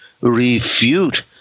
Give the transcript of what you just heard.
refute